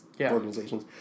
organizations